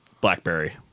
Blackberry